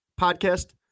podcast